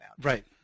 Right